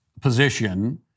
position